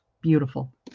Beautiful